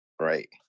right